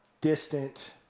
distant